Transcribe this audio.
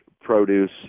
produce